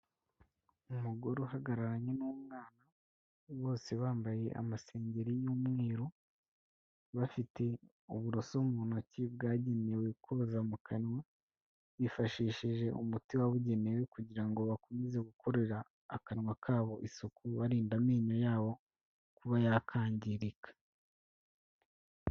Umugore uhagararanye n'umwa, bose bambaye amasengeri y'umweru, bafite uburoso mu ntoki bwagenewe koza mu kanwa, bifashishije umuti wabugenewe kugira ngo bakomeze gukorera akanwa kabo isuku, barinda amenyo yabo kuba yakangirika.